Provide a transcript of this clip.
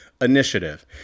Initiative